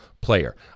player